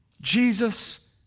Jesus